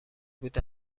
بود